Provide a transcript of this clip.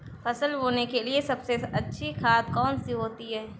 फसल बोने के लिए सबसे अच्छी खाद कौन सी होती है?